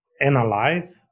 analyze